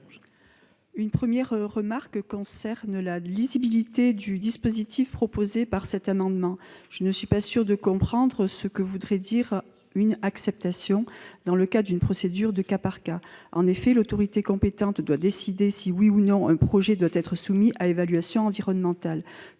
Ma première remarque concerne la lisibilité du dispositif proposé par l'amendement : je ne suis pas sûre de comprendre ce que voudrait dire une « acceptation » dans le cas d'une procédure de cas par cas. En effet, l'autorité compétente doit décider si, oui ou non, un projet doit être soumis à évaluation environnementale.